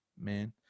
man